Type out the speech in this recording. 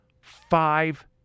five